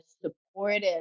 supportive